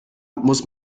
muss